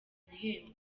igihembo